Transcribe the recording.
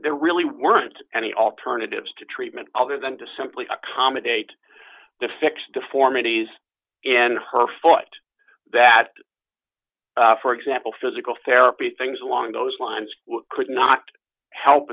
there really weren't any alternatives to treatment other than to simply accommodate the fix deformities in her forte that for example physical therapy things along those lines could not help